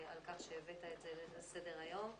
על כך שהבאת את זה לסדר היום.